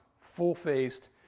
full-faced